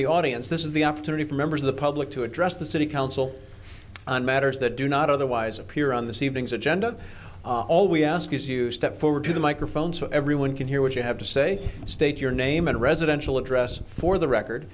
the audience this is the opportunity for members of the public to address the city council on matters that do not otherwise appear on the savings agenda all we ask is you step forward to the microphone so everyone can hear what you have to say state your name and residential address for the record